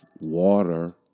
water